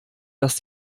das